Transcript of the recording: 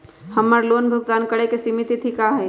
हमर लोन भुगतान करे के सिमित तिथि का हई?